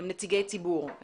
הם נציגי ציבור,